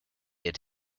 had